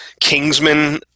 Kingsman